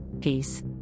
Peace